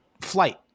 flight